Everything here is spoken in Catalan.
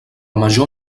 major